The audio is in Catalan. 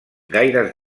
gaires